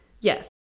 Yes